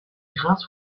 grains